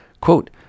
Quote